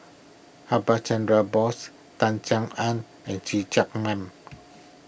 Chandra Bose Tan Sin Aun and See Chak Mun